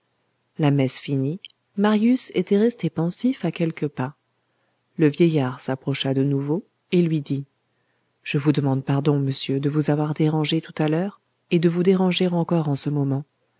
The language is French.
la messe finie marius était resté pensif à quelques pas le vieillard s'approcha de nouveau et lui dit je vous demande pardon monsieur de vous avoir dérangé tout à l'heure et de vous déranger encore en ce moment